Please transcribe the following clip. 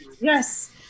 yes